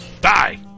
Die